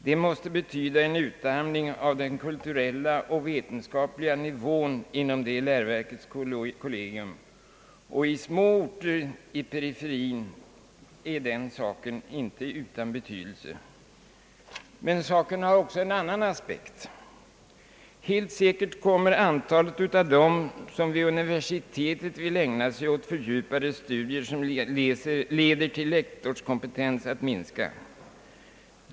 Det måste betyda en utarmning av den kulturella och vetenskapliga nivån inom det läroverkets kollegium, och i små orter i periferin är den saken inte utan betydelse. Men saken har också en annan aspekt. Helt säkert kommer antalet av dem som vid universiteten vill ägna sig åt fördjupade studier som leder till lektorskompetens att minska.